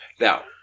Now